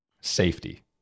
Safety